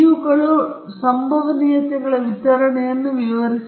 ಆದ್ದರಿಂದ ಸಂಭವನೀಯತೆ ವಿತರಣಾ ಕಾರ್ಯಕ್ಕಾಗಿ ಏನು ವ್ಯಾಖ್ಯಾನವಿದೆ